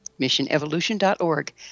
missionevolution.org